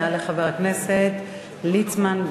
יעלה חבר הכנסת יעקב ליצמן.